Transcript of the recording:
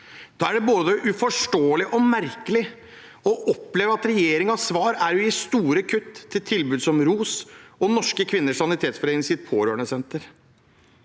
Da er det både uforståelig og merkelig å oppleve at regjeringens svar er å gi store kutt i tilbud som ROS og Norske Kvinners Sanitetsforenings pårørendesenter.